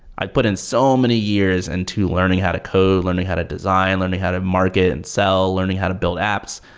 i put in so many years and into learning how to code, learning how to design, learning how to market and sell, learning how to build apps.